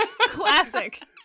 Classic